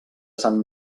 sant